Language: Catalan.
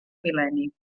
mil·lenni